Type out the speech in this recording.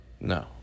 No